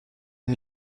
est